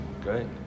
Great